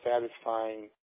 satisfying